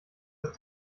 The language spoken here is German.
ist